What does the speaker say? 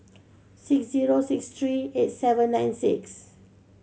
six zero six three eight seven nine six